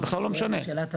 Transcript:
זו שאלת הבנה.